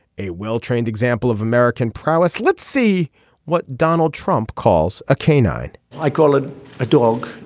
a well-trained example of american prowess. let's see what donald trump calls a canine i call it a dog.